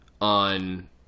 on